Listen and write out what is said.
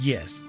Yes